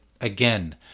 again